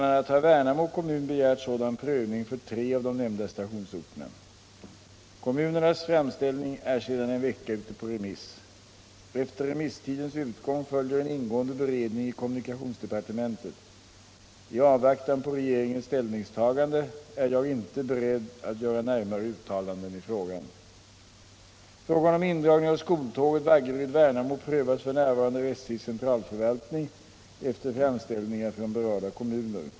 a. har Värnamo kommun begärt sådan prövning för tre av de nämnda stationsorterna. Kommunernas framställningar är sedan en vecka ute på remiss. Efter remisstidens utgång följer en 81 ingående beredning i kommunikationsdepartementet. I avvaktan på regeringens ställningstagande är jag inte beredd att göra närmare uttalanden i frågan. Frågan om indragning av skoltåget Vaggeryd-Värnamo prövas f.n. av SJ:s centralförvaltning efter framställningar från berörda kommuner.